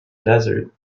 desert